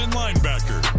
linebacker